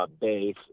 base